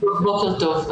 בוקר טוב.